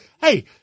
hey